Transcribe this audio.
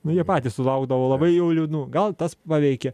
nu jie patys sulaukdavo labai jau liūdnų gal tas paveikė